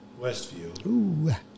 Westview